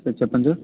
sir చెప్పండి sir